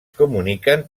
comuniquen